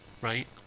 right